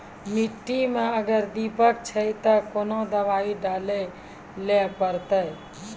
मिट्टी मे अगर दीमक छै ते कोंन दवाई डाले ले परतय?